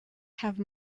have